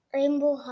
Rainbow